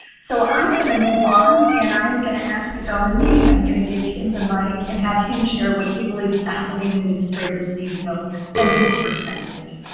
so i'm going move on, and i'm going to ask dominique. i'm going to give him the mic and have him share what he believes faculty and administrators need to know from his perspective.